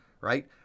right